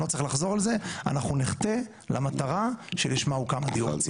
אני לא צריך לחזור על זה אנחנו נחטא למטרה שלשמה הוקם הדיון.